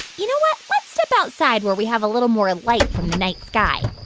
you know what? let's step outside, where we have a little more light from the night sky